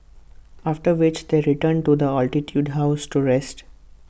after which they return to the altitude house to rest